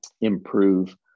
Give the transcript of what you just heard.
improve